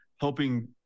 helping